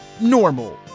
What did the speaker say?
normal